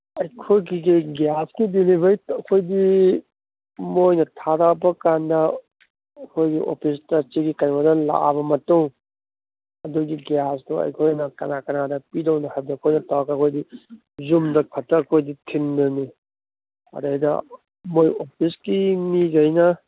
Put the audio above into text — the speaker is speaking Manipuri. ꯑꯩꯈꯣꯏꯒꯤꯁꯦ ꯒ꯭ꯌꯥꯁꯀꯤ ꯗꯤꯂꯤꯚꯔꯤ ꯑꯩꯈꯣꯏꯒꯤ ꯃꯣꯏꯅ ꯊꯥꯔꯛꯑꯕꯀꯥꯟꯗ ꯑꯩꯈꯣꯏꯒꯤ ꯑꯣꯐꯤꯁꯇ ꯁꯤꯒꯤ ꯀꯩꯅꯣꯗ ꯂꯥꯛꯑꯕ ꯃꯇꯨꯡ ꯑꯗꯨꯒꯤ ꯒ꯭ꯌꯥꯁꯇꯣ ꯑꯩꯈꯣꯏꯅ ꯀꯅꯥ ꯀꯅꯥꯗ ꯄꯤꯗꯣꯏꯅꯣ ꯍꯥꯏꯕꯗꯣ ꯑꯩꯈꯣꯏꯅ ꯇꯧꯔꯒ ꯑꯩꯈꯣꯏꯗꯤ ꯌꯨꯝꯗ ꯈꯇ ꯑꯩꯈꯣꯏꯗꯤ ꯊꯤꯟꯕꯅꯤ ꯑꯗꯩꯗ ꯃꯣꯏ ꯑꯣꯐꯤꯁꯀꯤ ꯃꯤꯒꯩꯅ